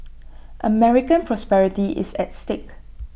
American prosperity is at stake